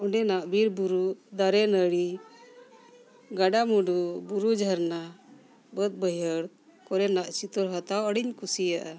ᱚᱸᱰᱮᱱᱟᱜ ᱵᱤᱨ ᱵᱩᱨᱩ ᱫᱟᱨᱮ ᱱᱟᱹᱲᱤ ᱜᱟᱰᱟ ᱢᱩᱰᱩ ᱵᱩᱨᱩ ᱡᱷᱟᱨᱱᱟ ᱵᱟᱹᱫᱽ ᱵᱟᱹᱭᱦᱟᱹᱲ ᱠᱚᱨᱮᱱᱟᱜ ᱪᱤᱛᱟᱹᱨ ᱦᱟᱛᱟᱣ ᱟᱹᱰᱤᱧ ᱠᱩᱥᱤᱭᱟᱜᱼᱟ